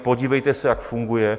Podívejte se, jak funguje.